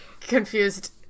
confused